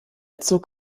zog